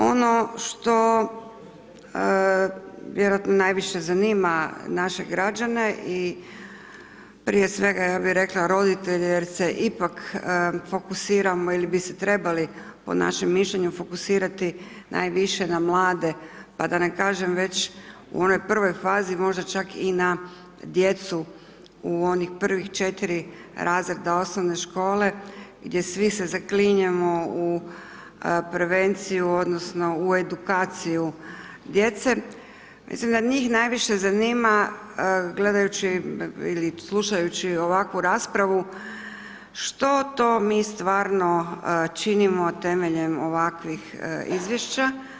Ono što vjerojatno najviše zanima naše građane i prije svega ja bi rekla roditelje jer se ipak fokusiramo ili bi se trebali po našem mišljenju fokusirati najviše na mlade, pa da ne kažem već u onoj prvoj fazi možda čak i na djecu u onih prvih četiri razreda osnovne škole, gdje svi se zaklinjemo u prevenciju odnosno u edukaciju djece, mislim da njih najviše zanima gledajući ili slušajući ovakvu raspravu što to mi stvarno činimo temeljem ovakvih izvješća.